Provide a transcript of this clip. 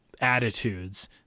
attitudes